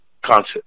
concept